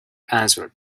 answered